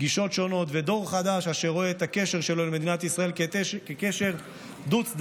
גישות שונות ודור חדש אשר רואה את הקשר שלו למדינת ישראל כקשר דו-צדדי,